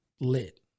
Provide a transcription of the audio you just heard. lit